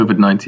COVID-19